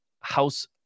house